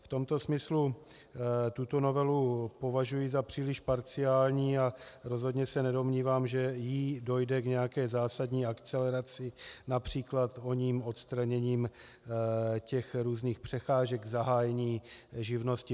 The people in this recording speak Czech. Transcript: V tomto smyslu tuto novelu považuji za příliš parciální a rozhodně se nedomnívám, že jí dojde k nějaké zásadní akceleraci např. oním odstraněním různých překážek k zahájení živnosti.